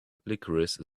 licorice